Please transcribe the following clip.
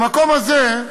במקום הזה,